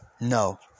No